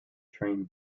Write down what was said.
train